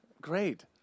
Great